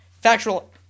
factual